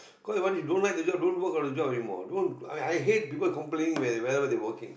cause if you don't like the job don't work on the job anymore don't I hate people complaining where wherever they are working